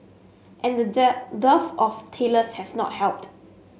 and the dead dearth of tailors has not helped